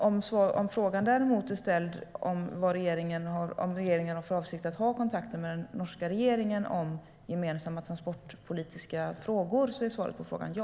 Om frågan däremot är om regeringen har för avsikt att ha kontakter med den norska regeringen när det gäller gemensamma transportpolitiska frågor är svaret på frågan ja.